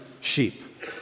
sheep